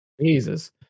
jesus